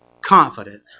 confident